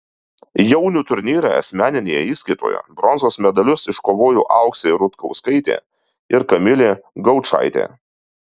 jaunių turnyre asmeninėje įskaitoje bronzos medalius iškovojo auksė rutkauskaitė ir kamilė gaučaitė